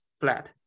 flat